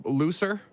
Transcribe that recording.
looser